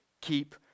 keep